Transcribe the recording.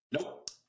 Nope